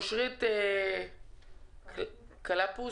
אסוס ואליאקספרס,